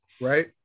right